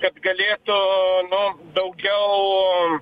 kad galėtų nu daugiau